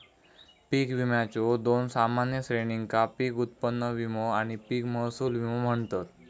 पीक विम्याच्यो दोन सामान्य श्रेणींका पीक उत्पन्न विमो आणि पीक महसूल विमो म्हणतत